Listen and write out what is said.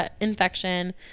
infection